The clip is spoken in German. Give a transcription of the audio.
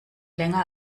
länger